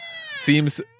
seems